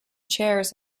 chairs